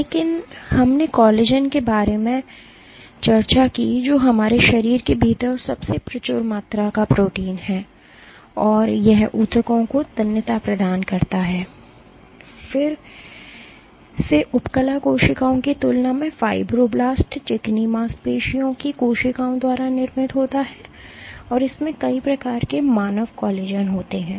लेकिन हमने कोलेजन के बारे में चर्चा की जो हमारे शरीर के भीतर सबसे प्रचुर मात्रा में प्रोटीन है और यह ऊतकों को तन्यता प्रदान करता है यह फिर से उपकला कोशिकाओं की तुलना में फ़ाइब्रोब्लास्ट्स चिकनी मांसपेशियों की कोशिकाओं द्वारा निर्मित होता है और इसमें कई प्रकार के मानव कोलेजन होते हैं